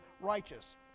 righteous